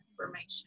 information